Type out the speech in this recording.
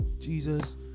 Jesus